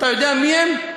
אתה יודע מי הם?